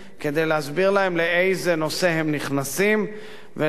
לאיזה נושא הם נכנסים ולאיזו רמת עוינות,